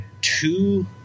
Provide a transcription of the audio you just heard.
two